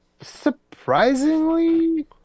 surprisingly